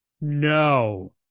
no